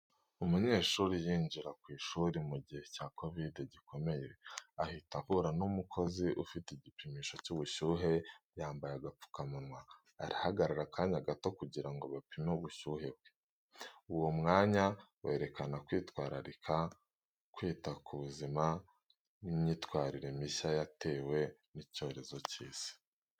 Umunyeshuri yinjira ku ishuri mu gihe cya Covid gikomeye, ahita ahura n’umukozi ufite igipimisho cy’ubushyuhe. Yambaye agapfukamunwa, arahagarara gato kugira ngo bapime ubushyuhe bwe. Uwo mwanya werekana kwitwararika, kwita ku buzima, n’imyitwarire mishya yatewe n’icyorezo cy’isi.